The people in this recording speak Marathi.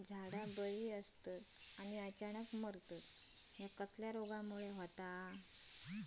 झाडा बरी असताना अचानक मरता हया कसल्या रोगामुळे होता?